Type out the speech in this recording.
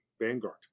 Vanguard